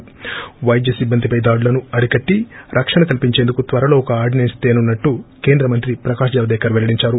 ి వైద్య సిబ్బందిపై దాడులను అరికట్టి రక్షణ కల్పించేందుకు త్వరలో ఒక ఆర్డిసెస్స్ తేనున్నట్లు కేంద్ర మంత్రి ప్రకాశ్ జవదేకర్ వెల్లడించారు